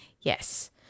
Yes